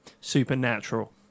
Supernatural